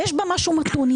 ויש בה משהו מתון.